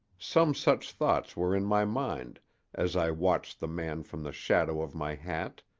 some such thoughts were in my mind as i watched the man from the shadow of my hat,